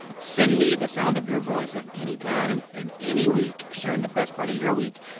send me the sound of your voice at any time in any week sharing the best part of your week.